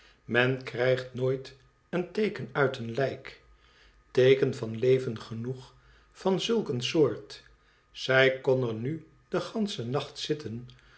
men krijgt nooit een teeken uit een lijk teeken van leven genoeg van zulk een soort zij kon er nu den ganschen nacht zitten